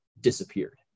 disappeared